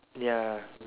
ya